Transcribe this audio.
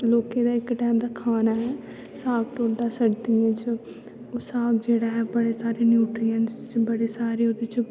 लोकें दा इक टैम दा खाना ऐ साग ढोडा सर्दियें च ओह् साग जेह्ड़ा ऐ बड़े सारे न्यूटरिऐंटस च बड़े सारे ओह्दे च